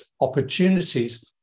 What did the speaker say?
opportunities